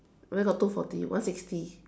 where got two forty one sixty